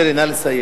מירי, נא לסיים.